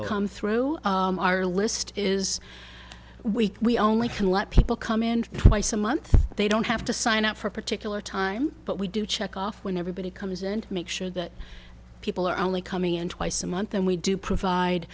that come through our list is we only can let people come in twice a month they don't have to sign up for a particular time but we do check off when everybody comes in and make sure that people are only coming in twice a month and we do provide